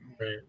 Right